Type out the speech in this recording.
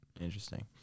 Interesting